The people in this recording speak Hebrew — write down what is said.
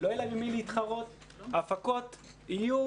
לא יהיה להם עם להתחרות, ההפקות יהיו